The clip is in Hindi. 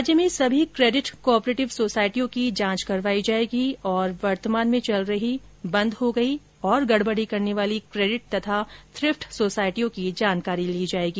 राज्य में सभी क्रेडिट को ऑपरेटिव सोसायटियों की जांच करवाई जाएगी और वर्तमान में चल रही बंद हो गई और गड़बड़ी करने वाली क्रेडिट तथा थ्रिफ्ट सोसायटियों की जानकारी ली जायेगी